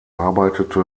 arbeitete